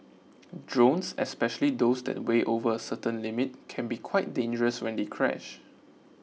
drones especially those that weigh over a certain limit can be quite dangerous when they crash